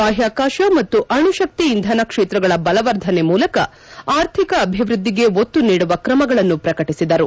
ಬಾಹ್ಯಾಕಾಶ ಮತ್ತು ಅಣುಶಕ್ತಿ ಇಂಧನ ಕ್ಷೇತ್ರಗಳ ಬಲವರ್ಧನೆ ಮೂಲಕ ಆರ್ಥಿಕ ಅಭಿವೃದ್ದಿಗೆ ಒತ್ತು ನೀಡುವ ಕ್ರಮಗಳನ್ನು ಪ್ರಕಟಿಸಿದರು